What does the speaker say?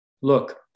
Look